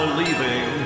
leaving